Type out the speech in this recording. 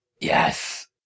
Yes